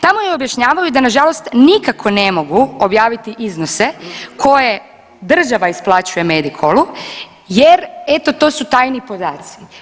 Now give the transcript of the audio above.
Tamo joj objašnjavaju da nažalost nikako ne mogu objaviti iznose koje država isplaćuje Medikolu jer eto to su tajni podaci.